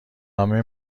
نامه